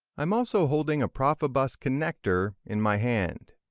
i'm also holding a profibus connector in my hand.